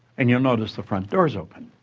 and you'll notice, the front door's open.